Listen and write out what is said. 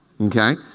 Okay